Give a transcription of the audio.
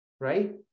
right